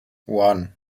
one